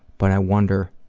but i wonder